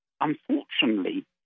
unfortunately